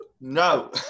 No